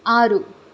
ಆರು